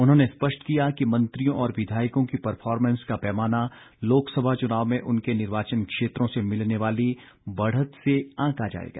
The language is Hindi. उन्होंने स्पष्ट किया कि मंत्रियों और विधायकों की परफॉरमेंस का पैमाना लोकसभा चुनाव में उनके निर्वाचन क्षेत्रों से मिलने वाली बढ़त से आंका जाएगा